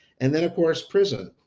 and then of course prison,